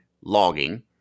logging